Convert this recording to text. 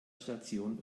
station